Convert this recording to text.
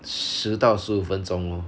十到十五分钟 lor